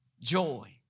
joy